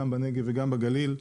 גם בנגב וגם בגליל.